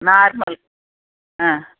normal ஆ